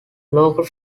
locals